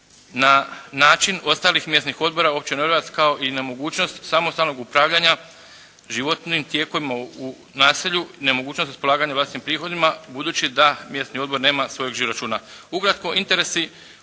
na način ostalih mjesnih odbora Općine Orijovac kao i nemogućnost samostalnog upravljanja životnim tijekovima u naselju, nemogućnost raspolaganja vlastitim prihodima, budući da mjesni odbor nema svojeg žiro računa. Ukratko, interesi